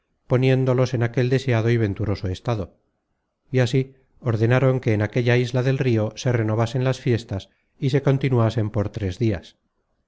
poniéndolos en aquel deseado y venturoso estado y así ordenaron que en aquella isla del rio se renovasen las fiestas y se continuasen por tres dias